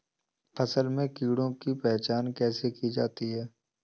फसल में कीड़ों की पहचान कैसे की जाती है?